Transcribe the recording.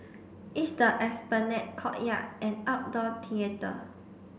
it's the Esplanade courtyard and outdoor theatre